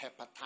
hepatitis